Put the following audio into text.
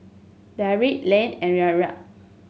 Derik Leigh and